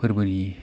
फोरबोनि